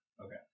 Okay